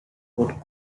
called